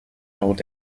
old